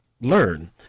learn